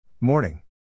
Morning